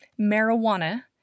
marijuana